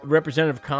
Representative